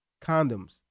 Condoms